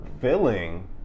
Filling